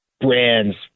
brands